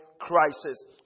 crisis